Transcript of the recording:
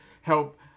help